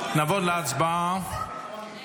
חבל, רציתי